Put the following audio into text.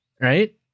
right